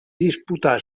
disputà